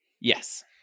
Yes